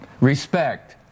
respect